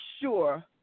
sure